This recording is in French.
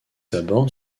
abordent